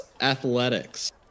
athletics